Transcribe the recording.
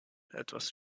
etwas